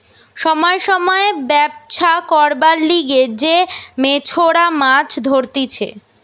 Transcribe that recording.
সময় সময় ব্যবছা করবার লিগে যে মেছোরা মাছ ধরতিছে